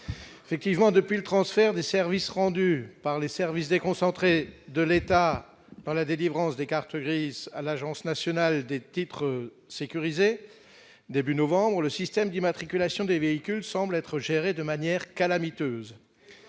effectivement, depuis le transfert des services rendus par les services déconcentrés de l'État dans la délivrance des cartes grises à l'Agence nationale des titres sécurisés, début novembre, le système d'immatriculation des véhicules semble être gérée de manière calamiteuse,